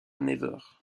nevers